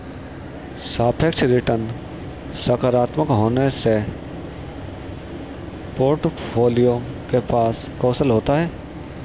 सापेक्ष रिटर्न सकारात्मक होने से पोर्टफोलियो के पास कौशल होता है